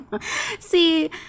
see